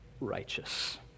righteous